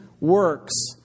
works